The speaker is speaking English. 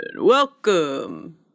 welcome